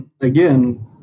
Again